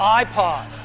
iPod